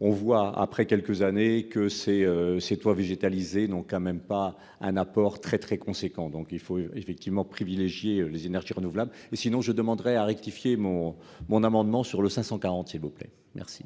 on voit après quelques années que ces ces toits végétalisés non quand même pas un apport très très conséquent, donc il faut effectivement privilégier les énergies renouvelables et, sinon, je demanderai à rectifier mon mon amendement sur le 540 s'il vous plaît, merci